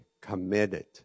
committed